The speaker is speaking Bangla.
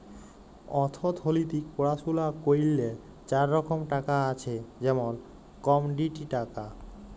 অথ্থলিতিক পড়াশুলা ক্যইরলে চার রকম টাকা আছে যেমল কমডিটি টাকা